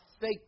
fake